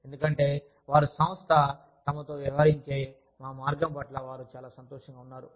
ఎందుకంటే వారుసంస్థ తమతో వ్యవహరించే మా మార్గం పట్ల వారు చాలా సంతోషంగా ఉన్నారు